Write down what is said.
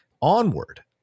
onward